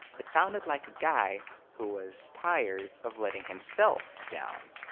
it sounded like a guy who was tired of letting himself down.